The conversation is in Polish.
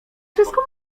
wszystko